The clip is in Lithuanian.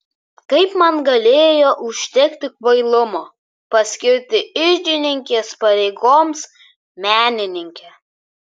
kaip man galėjo užtekti kvailumo paskirti iždininkės pareigoms menininkę